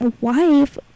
wife